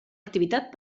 activitat